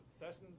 Sessions